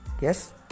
yes